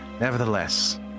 Nevertheless